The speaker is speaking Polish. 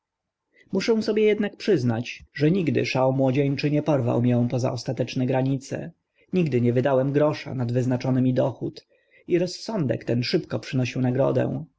muszę sobie ednak przyznać że nigdy szał młodzieńczy nie porwał mię poza ostateczne granice nigdy nie wydałem grosza nad wyznaczony mi dochód i rozsądek ten szybko przynosił nagrodę